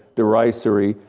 derisory,